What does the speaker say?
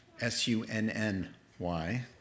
S-U-N-N-Y